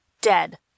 dead